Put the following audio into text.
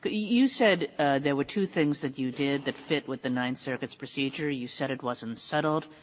you said there were two things that you did that fit with the ninth circuit's procedure. you said it wasn't settled,